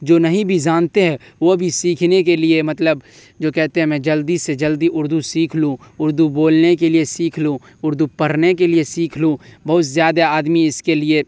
جو نہیں بھی جانتے ہیں وہ بھی سیکھنے کے لیے مطلب جو کہتے ہیں میں جلدی سے جلدی اردو سیکھ لوں اردو بولنے کے لیے سیکھ لوں اردو پڑھنے کے لیے سیکھ لوں بہت زیادہ آدمی اس کے لیے